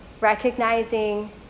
recognizing